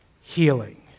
healing